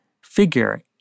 figure